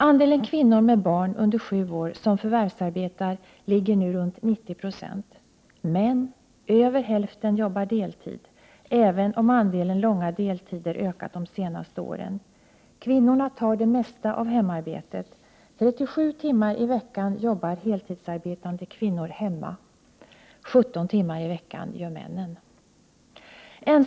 Andelen kvinnor med barn under sju år som förvärvsarbetar ligger nu runt 90 96, men över hälften jobbar deltid, även om andelen långa deltider ökat de senaste åren. Kvinnorna tar det mesta av hemarbetet, 37 timmar per vecka jobbar heltidsarbetande kvinnor hemma. 17 timmar per vecka gör männen det.